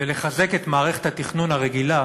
ולחזק את מערכת התכנון הרגילה